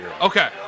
Okay